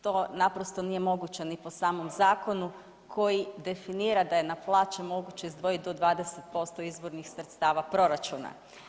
To naprosto nije moguće ni po samom zakonu koji definira da je na plaće moguće izdvojiti do 20% izvornih sredstava proračuna.